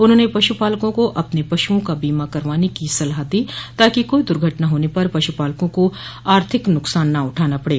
उन्होंने पशुपालको को अपने पशुओं का बीमा करवाने की सलाह दी ताकि कोई दुर्घटना होने पर पशु पालको को आर्थिक नुकसान न उठाना पडे